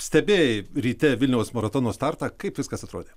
stebėjai ryte vilniaus maratono startą kaip viskas atrodė